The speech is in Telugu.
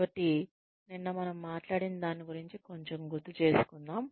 కాబట్టి నిన్న మనం మాట్లాడిన దాని గురించి కొంచెం గుర్తు చేసుకుందాం